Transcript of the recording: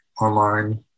online